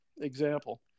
example